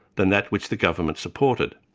than that which the government supported.